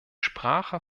sprache